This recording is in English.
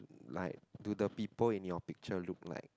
like do the people in your picture look like like